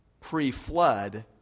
pre-flood